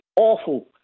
awful